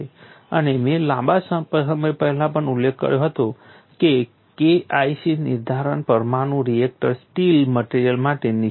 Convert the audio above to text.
અને મેં લાંબા સમય પહેલા પણ ઉલ્લેખ કર્યો હતો કે K IC નિર્ધારણ પરમાણુ રિએક્ટર સ્ટીલ મટેરીઅલ માટે નિષ્ફળ જાય છે